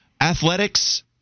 athletics